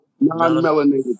non-melanated